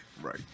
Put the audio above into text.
Right